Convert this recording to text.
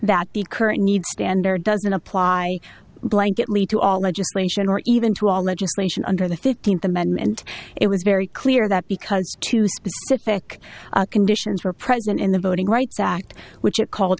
that the current need standard doesn't apply blanket lead to all legislation or even to all legislation under the fifteenth amendment it was very clear that because two specific conditions were present in the voting rights act which it called